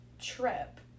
trip